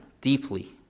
deeply